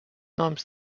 noms